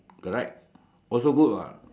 correct also good what